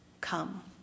come